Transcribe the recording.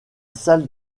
salle